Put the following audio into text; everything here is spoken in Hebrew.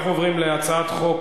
אנחנו עוברים להצעת חוק